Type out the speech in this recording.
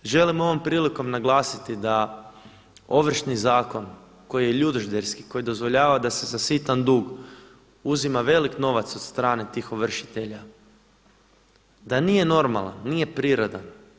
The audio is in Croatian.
Želim ovom prilikom naglasiti da Ovršni zakon koji je ljudožderski, koji dozvoljava da se za sitan dugu uzima veliki novac od strane tih ovršitelja, da nije normalan, da nije prirodan.